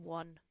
one